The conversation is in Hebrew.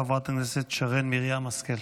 חברת הכנסת שרן מרים השכל.